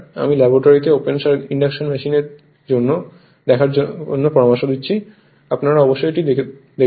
আমি ল্যাবরেটরিতে open induction machine দেখার পরামর্শ দিচ্ছি অবশ্যই এটি সেখানে থাকবে